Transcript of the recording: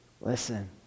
Listen